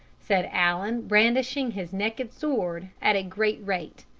said allen, brandishing his naked sword at a great rate.